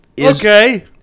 Okay